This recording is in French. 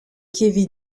kevin